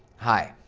hi,